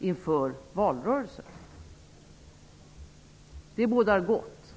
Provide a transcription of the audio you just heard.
inför valrörelsen. Det bådar gott.